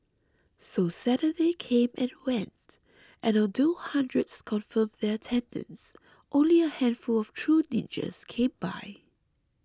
so Saturday came and went and although hundreds confirmed their attendance only a handful of true ninjas came by